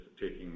taking